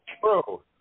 True